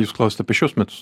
jūs klausiat apie šiuos metus